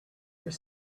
were